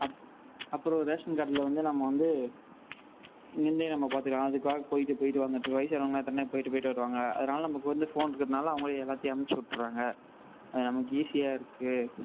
அப் அப்பறம் ரேஷன் கார்டில் வந்து நம்ம வந்து இங்கேருந்தே நம்ம பார்த்துக்குலாம் அதுக்காக போய்ட்டு போய்ட்டு வந்துகிட்டிருக்குற வயசானவங்களாம் எத்தனையோ பேர் போய்ட்டு போய்ட்டு வருவாங்க அதனால் நமக்கு வந்து ஃபோன் இருக்கிறதுனால அவங்கள எல்லாத்தையும் அனுப்பிட்றாங்க அது நமக்கு ஈஸியாக இருக்குது